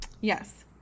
Yes